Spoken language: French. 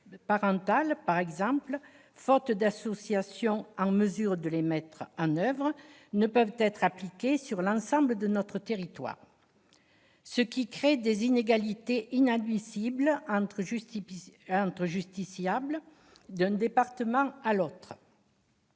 parentale », par exemple, faute d'associations en mesure de les mettre en oeuvre, ne peuvent être mis en place sur l'ensemble de notre territoire, ce qui crée des inégalités inadmissibles entre justiciables d'un département à l'autre.